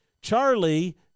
Charlie